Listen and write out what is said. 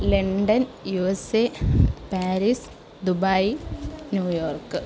London U S A Paris Dubai New York